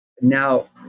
now